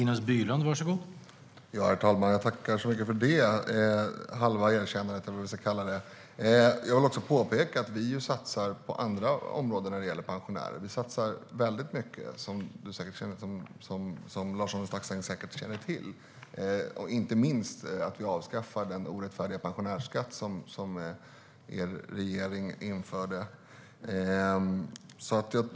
Herr talman! Jag tackar så mycket för det halva erkännandet eller vad man ska kalla det. Jag vill påpeka att vi satsar även på andra områden när det gäller pensionärer. Vi satsar väldigt mycket, vilket Lars-Arne Staxäng säkert känner till. Inte minst avskaffar vi den orättfärdiga pensionärsskatt som hans regering införde.